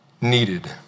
needed